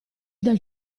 dal